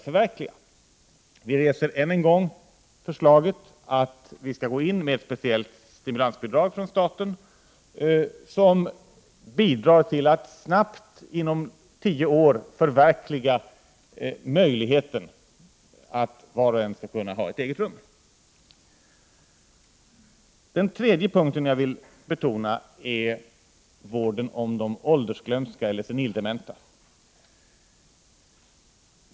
Folkpartiet reser än en gång förslaget att staten skall gå in med ett speciellt stimulansbidrag, som inom en tioårsperiod skulle kunna förverkliga målet att var och en skall kunna ha ett eget rum. Den tredje punkten som jag vill ta upp gäller vården av de åldersglömska eller senildementa.